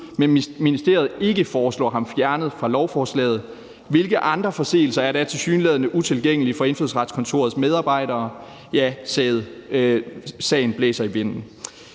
men ministeriet ikke foreslår ham fjernet fra lovforslaget, hvilke andre forseelser er da tilsyneladende utilgængelige for Indfødsretskontorets medarbejdere? Ja, sagen blæser i vinden.